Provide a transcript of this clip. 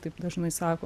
taip dažnai sako